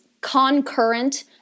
concurrent